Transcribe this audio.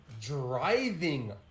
driving